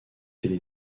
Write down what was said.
télé